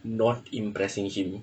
not impressing him